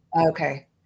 Okay